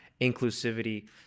inclusivity